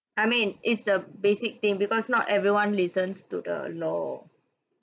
I mean it's a basic thing because not everyone listens to the law